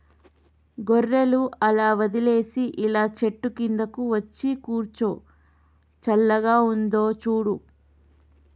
గొర్రెలు అలా వదిలేసి ఇలా చెట్టు కిందకు వచ్చి కూర్చో చల్లగా ఉందో చూడు